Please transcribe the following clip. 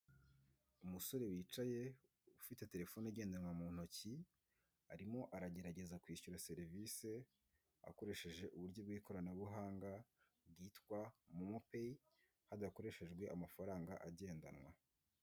Umusore wicaye ufite telefone igendanwa mu ntoki, arimo aragerageza kwishyura serivise akoresheje uburyo bw'ikoranabuhanga bwitwa momo peyi, hadakoreshejwe hadakoreshejwe amafaranga agendanwa.